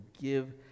give